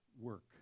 work